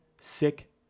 sick